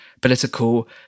political